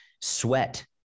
sweat